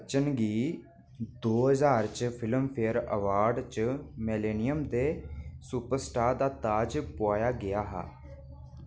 बच्चन गी दो ज्हार च फिल्मफेयर अवार्ड्स च मिलेनियम दे सुपरस्टार दा ताज पोआया गेआ हा